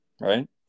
Right